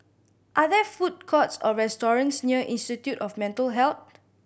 are there food courts or restaurants near Institute of Mental Health